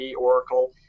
Oracle